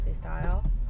style